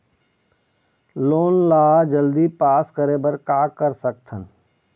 Loan ला जल्दी pass करे बर का कर सकथन?